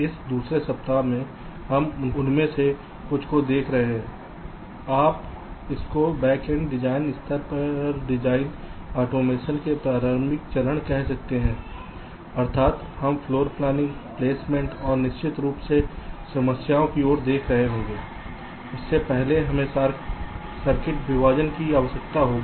इस दूसरे सप्ताह में हम उनमें से कुछ को देख रहे हैं आप इसको बैकएंड डिज़ाइन स्तर पर डिजाइन ऑटोमेशन के प्रारंभिक चरण कह सकते हैं अर्थात् हम फ्लोर प्लानिंग प्लेसमेंट और निश्चित रूप से समस्याओं की ओर देख रहे होंगे इससे पहले हमें सर्किट विभाजन की आवश्यकता होगी